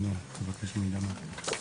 שיש פה לאקונה משמעותית במובן הזה שלממונה,